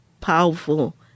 powerful